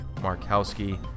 Markowski